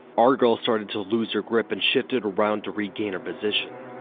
our girl started to lose her grip and shifted around to regain her position.